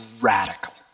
radical